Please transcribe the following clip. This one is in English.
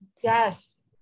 yes